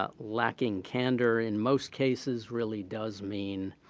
ah lacking candor in most cases really does mean,